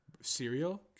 cereal